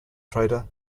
trader